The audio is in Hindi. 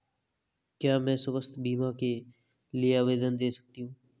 क्या मैं स्वास्थ्य बीमा के लिए आवेदन दे सकती हूँ?